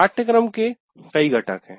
पाठ्यक्रम के कई घटक हैं